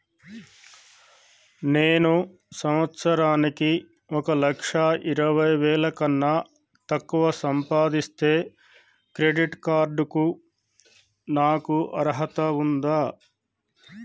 నేను సంవత్సరానికి ఒక లక్ష ఇరవై వేల కన్నా తక్కువ సంపాదిస్తే క్రెడిట్ కార్డ్ కు నాకు అర్హత ఉందా?